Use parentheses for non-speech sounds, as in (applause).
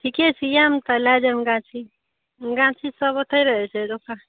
ठीके छै यए मे (unintelligible) गाछ गाछ सब ओतहे रहै छै दोकान